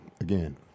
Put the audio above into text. again